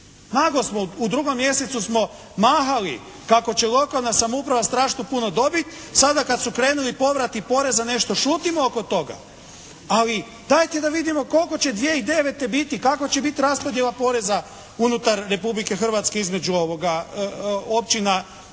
Naglo smo, u drugom mjesecu smo mahali kako će lokalna samouprava strašno puno dobit. Sada kad su krenuli povrati poreza nešto šutimo oko toga. Ali dajte da vidimo koliko će 2009., kakva će biti raspodjela poreza unutar Republike Hrvatske između općina, gradova